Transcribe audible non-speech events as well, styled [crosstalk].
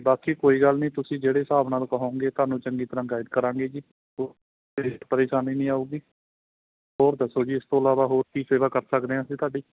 ਬਾਕੀ ਕੋਈ ਗੱਲ ਨਹੀਂ ਤੁਸੀਂ ਜਿਹੜੇ ਹਿਸਾਬ ਨਾਲ ਕਹੋਗੇ ਤੁਹਾਨੂੰ ਚੰਗੀ ਤਰ੍ਹਾਂ ਗਾਈਡ ਕਰਾਂਗੇ ਜੀ [unintelligible] ਪਰੇਸ਼ਾਨੀ ਨਹੀਂ ਆਊਗੀ ਹੋਰ ਦੱਸੋ ਜੀ ਇਸ ਤੋਂ ਇਲਾਵਾ ਹੋਰ ਕੀ ਸੇਵਾ ਕਰ ਸਕਦੇ ਹਾਂ ਅਸੀਂ ਤੁਹਾਡੀ